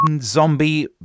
zombie